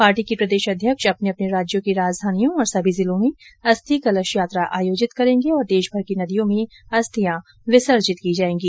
party के प्रदेश अध्यक्ष अपने अपने राज्यों की राजधानियों और सभी जिलों में अस्थि कलश यात्रा आयोजित करेंगे और देशभर की नदियों में अस्थियां विसर्जित की जाएगी